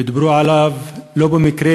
ודיברו עליו לא במקרה,